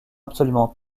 absolument